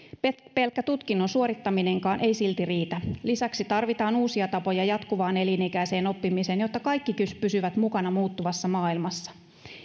pelkkä tutkinnon suorittaminenkaan ei silti riitä lisäksi tarvitaan uusia tapoja jatkuvaan elinikäiseen oppimiseen jotta kaikki pysyvät mukana muuttuvassa maailmassa